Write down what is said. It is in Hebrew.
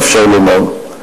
אפשר לומר,